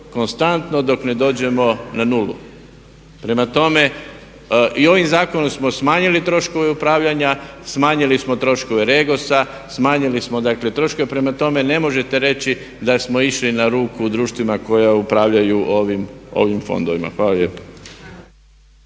konstantno dok ne dođemo na 0. Prema tome i ovim zakonom smo smanjili troškove upravljanja, smanjili smo troškove REGOS-a, smanjili smo dakle troškove. Prema tome ne možete reći da smo išli na ruku društvima koja upravljaju ovim fondovima. Hvala